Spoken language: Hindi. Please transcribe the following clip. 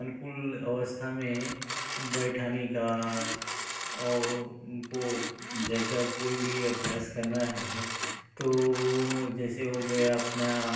अनुकूल अवस्था में बैठाने का और उनको जैसा कोई भी अभ्यास करना है तो जैसे हो गया अपना